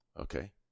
okay